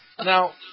Now